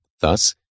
Thus